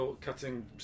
cutting